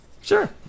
Sure